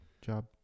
job